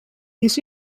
this